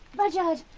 rudyard!